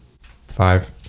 Five